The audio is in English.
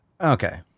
Okay